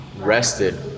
rested